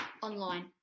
Online